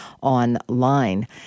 online